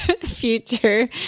future